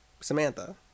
Samantha